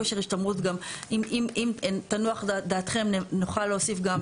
כושר השתמרות גם, אם, תנוח דעתם, נוכל להוסיף גם